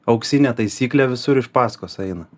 auksinė taisyklė visur iš paskos eina